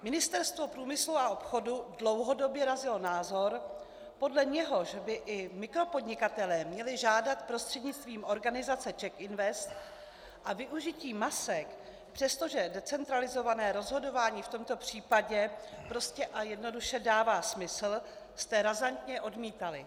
Ministerstvo průmyslu a obchodu dlouhodobě razilo názor, podle něhož by i mikropodnikatelé měli žádat prostřednictvím organizace CzechInvest, a využití MASek, přestože decentralizované rozhodování v tomto případě prostě a jednoduše dává smysl, jste razantně odmítali.